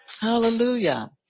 Hallelujah